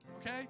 okay